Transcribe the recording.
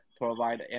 provide